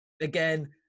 Again